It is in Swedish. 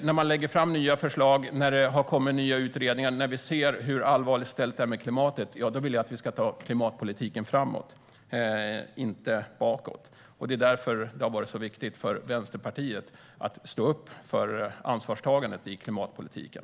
När det läggs fram nya förslag efter att det har kommit nya utredningar och då vi ser hur allvarligt ställt det är med klimatet vill jag att vi ska ta klimatpolitiken framåt, inte bakåt. Det är därför det har varit så viktigt för Vänsterpartiet att stå upp för ansvarstagandet i klimatpolitiken.